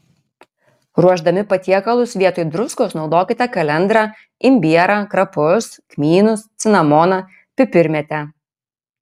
ruošdami patiekalus vietoj druskos naudokite kalendrą imbierą krapus kmynus cinamoną pipirmėtę